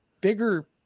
bigger